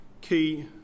key